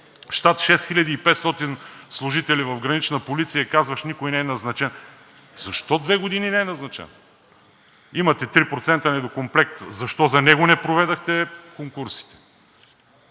щат 6500 служители в Гранична полиция и казваш: никой не е назначен. Защо две години не е назначен? Имате 3% недокомплект. Защо за него не проведохте конкурсите?